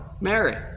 Mary